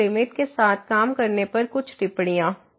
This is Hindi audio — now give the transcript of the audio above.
तो अब लिमिट के साथ काम करने पर कुछ टिप्पणियाँ